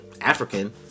African